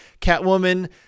Catwoman